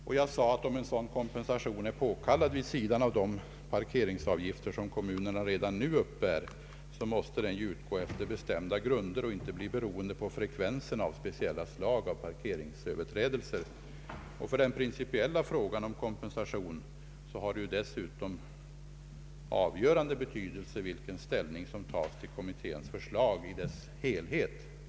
Jag sade då att om en sådan kompensation är påkallad vid sidan av de parkeringsavgifter som kommunerna redan nu uppbär, måste den utgå efter bestämda grunder och bli beroende av frekvensen av speciella slag av parkeringsöverträdelser. För den principiella frågan om kompensation har det dessutom avgörande betydelse vilken ställning som tas till kommitténs förslag i dess helhet.